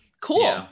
Cool